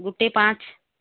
ଗୋଟେ ପାଞ୍ଚ